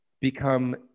become